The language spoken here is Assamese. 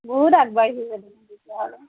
বহুত আগবাঢ়িল